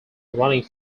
running